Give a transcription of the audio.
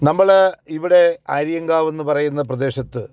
നമ്മൾ ഇവിടെ ആര്യങ്കാവെന്ന് പറയുന്ന പ്രദേശത്ത്